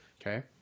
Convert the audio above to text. Okay